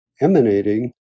emanating